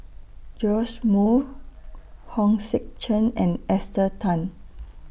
Joash Moo Hong Sek Chern and Esther Tan